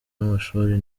n’amashuri